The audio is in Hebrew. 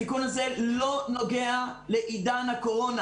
התיקון הזה לא נוגע לעידן הקורונה.